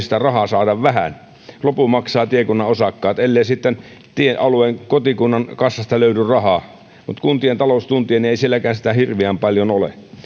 sitä rahaa saada vähän lopun maksavat tiekunnan osakkaat ellei sitten alueen kotikunnan kassasta löydy rahaa mutta kuntien talouden tuntien ei sitä rahaa sielläkään hirveän paljon ole